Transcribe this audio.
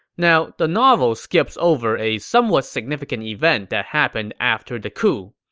now the novel skips over a somewhat significant event that happened after the coup.